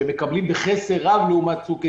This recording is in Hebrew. שמקבלים בחסר רב לעומת צוק איתן,